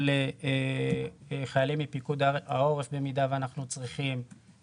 של חיילים מפיקוד העורף במידה ואנחנו צריכים,